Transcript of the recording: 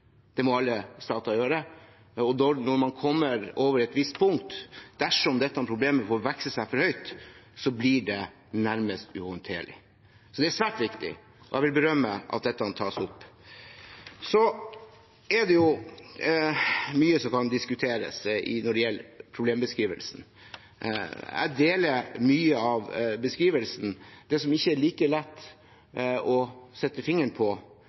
Det må alle stater gjøre. Når man kommer over et visst punkt – dersom dette problemet får vokse seg for stort – blir det nærmest uhåndterlig. Så dette er svært viktig, og jeg vil berømme at det tas opp. Så er det jo mye som kan diskuteres når det gjelder problembeskrivelsen. Jeg deler mye av beskrivelsen. Det som ikke er like lett å sette fingeren på,